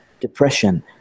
Depression